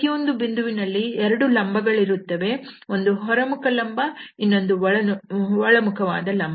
ಪ್ರತಿಯೊಂದು ಬಿಂದುವಿನಲ್ಲಿ ಎರಡು ಲಂಬಗಳಿರುತ್ತವೆ ಒಂದು ಹೊರಮುಖ ಲಂಬ ಇನ್ನೊಂದು ಒಳಮುಖವಾದ ಲಂಬ